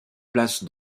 place